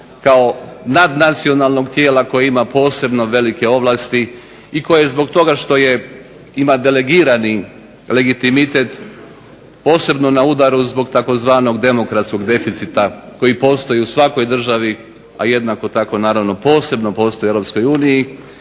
kao nadnacionalnog tijela koje ima posebno velike ovlasti i koje zbog toga što ima delegirani legitimitet posebno na udaru zbog tzv. demokratskog deficita koji postoji u svakoj državi, a jednako tako naravno posebno postoji u